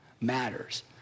matters